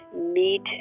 meet